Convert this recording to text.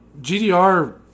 GDR